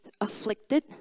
afflicted